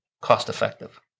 cost-effective